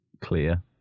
clear